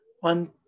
one